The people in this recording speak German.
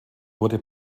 wurde